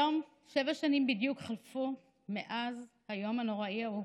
היום חלפו בדיוק שבע שנים מאז היום הנוראי ההוא: